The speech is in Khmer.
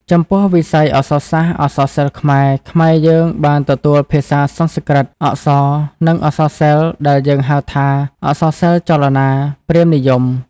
ចំពោះ វិស័យអក្សរសាស្ត្រ អក្សរសិល្ប៍ខ្មែរ ខ្មែរយើងបានទទួលភាសាសំស្ក្រឹត អក្សរ និង អក្សរសិល្ប៍ដែលយើងហៅថាអក្សរសិល្ប៍ចលនា ព្រាហ្មណ៍និយម។